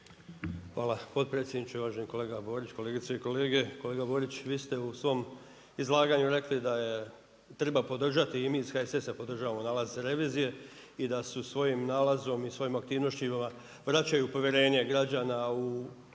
Hvala potpredsjedniče. Uvaženi kolega Borić, kolegice i kolege. Kolega Borić, vi ste u svom izlaganju rekli da treba podržati i mi iz HSS-a podržavamo nalaz revizije i da su svojim nalazom i svojom aktivnošću vraćaju povjerenje građana u